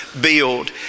build